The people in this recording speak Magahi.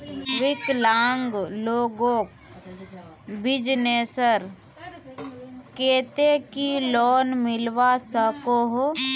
विकलांग लोगोक बिजनेसर केते की लोन मिलवा सकोहो?